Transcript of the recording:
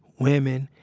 women.